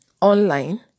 online